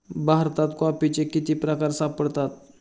भारतात कॉफीचे किती प्रकार सापडतात?